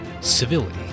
civility